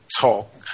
talk